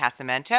Casamento